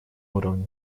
уровне